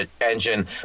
engine